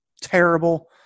terrible